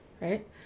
right